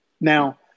Now